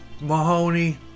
Mahoney